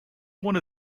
one